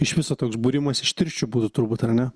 iš viso toks būrimas iš tirščių būtų turbūt ar ne